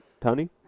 Tony